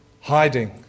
hiding